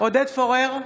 עודד פורר,